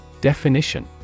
Definition